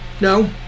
No